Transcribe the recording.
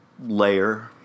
layer